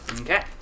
Okay